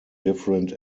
different